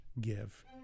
give